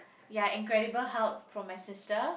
ya Incredible-Hulk from my sister